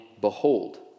behold